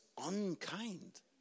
unkind